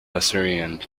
assyrian